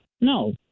No